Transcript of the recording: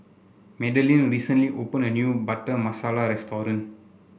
Madeleine recently opened a new Butter Masala restaurant